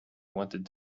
wanted